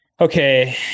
okay